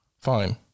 fine